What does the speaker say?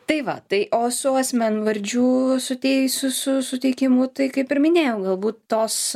tai va tai o su asmenvardžių susijusių su suteikimu tai kaip ir minėjau galbūt tos